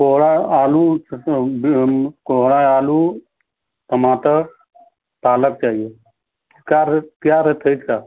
कोहड़ा आलू भी हम कोहड़ा आलू टमाटर पालक चाहिए क्या रेट क्या रेट है इसका